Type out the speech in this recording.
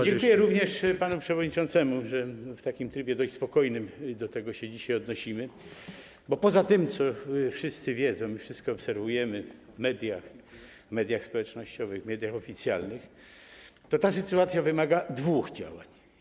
Dziękuję również panu przewodniczącemu, że w takim dość spokojnym trybie do tego dzisiaj się odnosimy, bo poza tym, co wszyscy wiedzą i co obserwujemy w mediach - mediach społecznościowych, mediach oficjalnych - ta sytuacja wymaga dwóch działań.